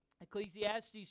Ecclesiastes